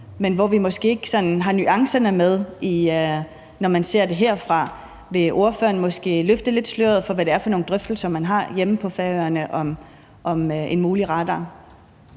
men vi får måske ikke nuancerne med, når vi ser det herfra. Vil ordføreren måske løfte sløret lidt for, hvad det er for nogle drøftelser, man har hjemme på Færøerne, om en mulig radar?